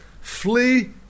Flee